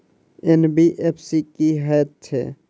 NBFC की हएत छै?